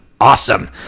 awesome